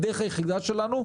הדרך היחידה שלנו,